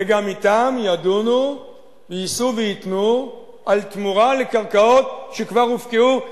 וגם אתם ידונו ויישאו וייתנו על תמורה על קרקעות שכבר הופקעו.